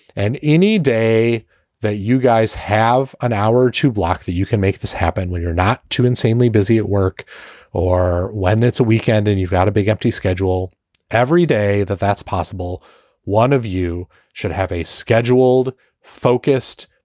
and any day that you guys have an hour to block that you can make this happen you're not too insanely busy at work or when it's a weekend and you've got a big empty schedule every day, that that's possible one of you should have a scheduled focused,